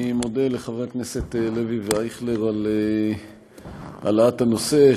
אני מודה לחברי הכנסת לוי ואייכלר על העלאת הנושא,